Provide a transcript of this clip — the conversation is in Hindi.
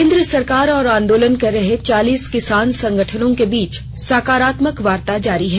केन्द्र सरकार और आंदोलन कर रहे चालीस किसान संगठनों के बीच सकारात्मक वार्ता जारी है